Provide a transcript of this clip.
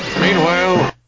Meanwhile